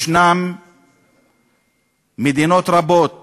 יש מדינות רבות